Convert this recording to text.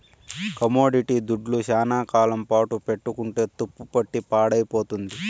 commodity దుడ్లు శ్యానా కాలం పాటు పెట్టుకుంటే తుప్పుపట్టి పాడైపోతుంది